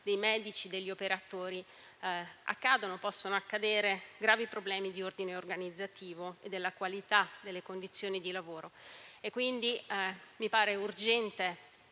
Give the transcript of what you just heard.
dei medici e degli operatori, possono accadere gravi problemi di ordine organizzativo e di qualità delle condizioni di lavoro. Mi pare dunque urgente